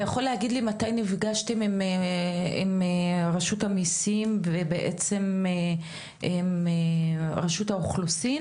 אתה יכול להגיד לי מתי נפגשתם עם רשות המיסים ובעצם רשות האוכלוסין?